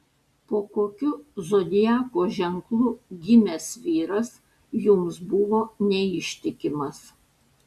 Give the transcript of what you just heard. po kokiu zodiako ženklu gimęs vyras jums buvo neištikimas